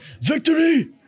Victory